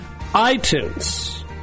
iTunes